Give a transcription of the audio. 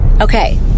Okay